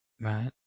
Right